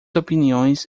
opiniões